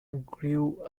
grew